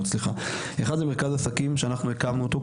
אחד זה מרכז עסקים שאנחנו הקמנו אותו,